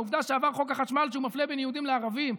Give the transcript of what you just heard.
העובדה שעבר חוק החשמל שמפלה בין יהודים לערבים,